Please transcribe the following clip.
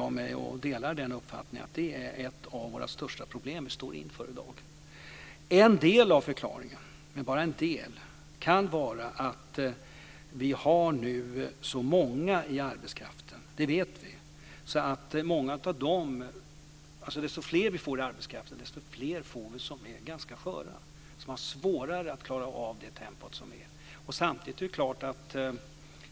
Jag delar uppfattningen att det är ett av de största problem vi står inför i dag. Det är inte alltid arbetsorganisationen gör att människor går till